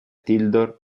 tildor